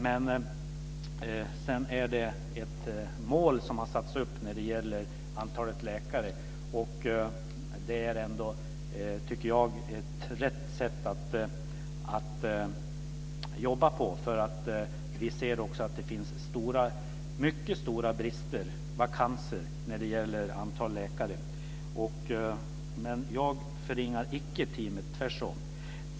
Sedan finns det ett mål som har satts upp för antalet läkare. Det tycker jag ändå är ett rätt sätt att jobba på. Vi ser också att det finns mycket stora brister, vakanser, när det gäller antalet läkare. Men jag förringar icke teamet, tvärtom.